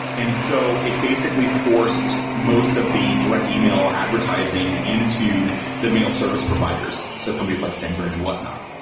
and so it basically forced most of the direct email advertising into the mail service providers. so companies like sendgrie and whatnot.